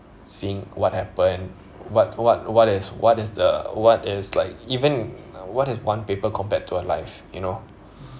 seeing what happened what what what is what is the what is like even what has one paper compared to a life you know